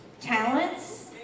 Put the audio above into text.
talents